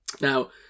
Now